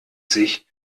sich